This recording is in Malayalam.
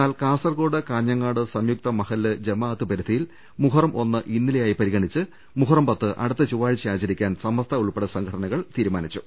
എന്നാൽ കാസർകോട് കാഞ്ഞങ്ങാട് സംയുക്ത മഹല്ല് മാഅത്ത് പരിധിയിൽ മുഹറം ഒന്ന് ഇന്ന ലെയായി പരിഗണിച്ച് മുഹറം പത്ത് അടുത്ത് ചൊവ്വാഴ്ച ആചരിക്കാൻ സമസ്ത ഉൾപ്പെടെ സംഘടനകൾ അറിയിച്ചു